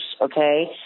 okay